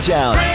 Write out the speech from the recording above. Town